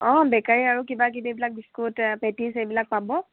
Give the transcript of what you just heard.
অঁ বেকাৰী আৰু কিবা কিবি এইবিলাক বিস্কুট পেটিচ এইবিলাক পাব